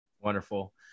Wonderful